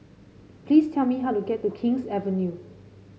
please tell me how to get to King's Avenue